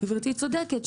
גברתי צודקת,